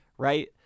right